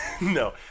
no